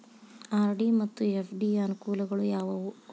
RD ಮತ್ತು FD ಯ ಅನುಕೂಲಗಳು ಯಾವವು?